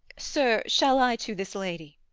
sir, shall i to this lady?